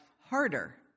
harder